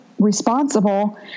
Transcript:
Responsible